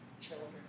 children